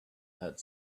had